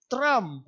Trump